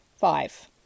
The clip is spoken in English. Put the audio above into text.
Five